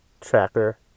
tracker